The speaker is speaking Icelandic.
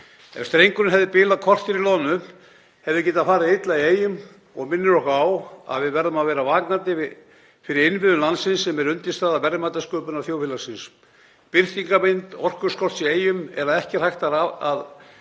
Ef strengurinn hefði bilað korter í loðnu hefði getað farið illa í Eyjum sem minnir okkur á að við verðum að vera vakandi fyrir innviðum landsins sem eru undirstaða verðmætasköpunar þjóðfélagsins. Birtingarmynd orkuskorts í Eyjum er að það